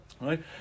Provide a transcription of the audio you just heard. Right